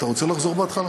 אתה רוצה לחזור בהתחלה?